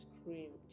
screamed